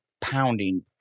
pounding